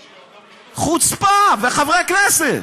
חוצפה, וחברי הכנסת.